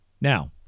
Now